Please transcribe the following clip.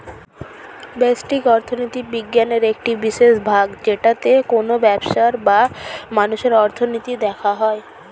ব্যষ্টিক অর্থনীতি বিজ্ঞানের একটি বিশেষ ভাগ যেটাতে কোনো ব্যবসার বা মানুষের অর্থনীতি দেখা হয়